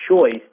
choice